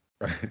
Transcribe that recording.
Right